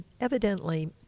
evidently